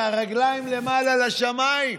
והרגליים למעלה לשמיים: